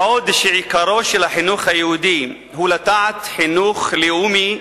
בעוד שעיקרו של החינוך היהודי הוא לטעת חינוך לאומי,